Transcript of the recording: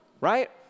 right